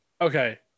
Okay